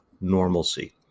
normalcy